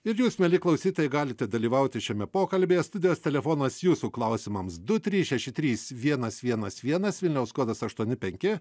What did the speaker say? ir jūs mieli klausytojai galite dalyvauti šiame pokalbyje studijos telefonas jūsų klausimams du trys šeši trys vienas vienas vienas vilniaus kodas aštuoni penki